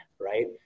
right